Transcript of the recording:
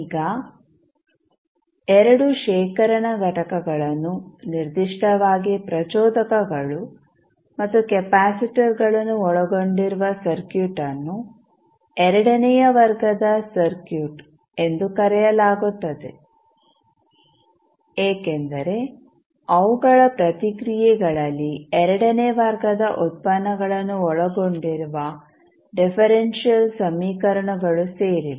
ಈಗ 2 ಶೇಖರಣಾ ಘಟಕಗಳನ್ನು ನಿರ್ದಿಷ್ಟವಾಗಿ ಪ್ರಚೋದಕಗಳು ಮತ್ತು ಕೆಪಾಸಿಟರ್ಗಳನ್ನು ಒಳಗೊಂಡಿರುವ ಸರ್ಕ್ಯೂಟ್ ಅನ್ನು ಎರಡನೆಯ ವರ್ಗದ ಸರ್ಕ್ಯೂಟ್ ಎಂದು ಕರೆಯಲಾಗುತ್ತದೆ ಏಕೆಂದರೆ ಅವುಗಳ ಪ್ರತಿಕ್ರಿಯೆಗಳಲ್ಲಿ ಎರಡನೇ ವರ್ಗದ ಉತ್ಪನ್ನಗಳನ್ನು ಒಳಗೊಂಡಿರುವ ಡಿಫರೆಂಶಿಯಲ್ ಸಮೀಕರಣಗಳು ಸೇರಿವೆ